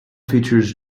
features